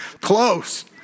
Close